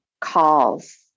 calls